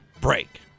Break